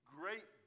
great